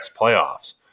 playoffs